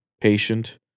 patient